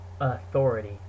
authority